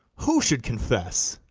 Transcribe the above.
who should confess?